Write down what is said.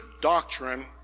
doctrine